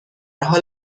حال